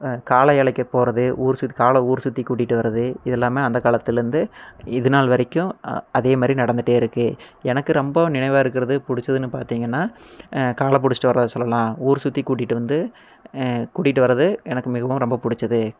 காளை அழைக்க போகறது ஊர் சுத் காளை ஊர் சுற்றி கூட்டிகிட்டு வரது இதெல்லாமே அந்த காலத்துலேந்து இதுநாள் வரைக்கும் அதே மாரி நடந்துகிட்டே இருக்கு எனக்கு ரொம்ப நினைவாக இருக்கறது பிடிச்சதுன்னு பார்த்திங்கன்னா காளை பிடிச்சிட்டு வரது சொல்லலாம் ஊர் சுற்றி கூட்டிகிட்டு வந்து கூட்டிகிட்டு வரது எனக்கு மிகவும் ரொம்ப பிடிச்சது